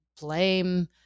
blame